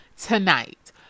tonight